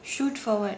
shoot for [what]